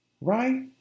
Right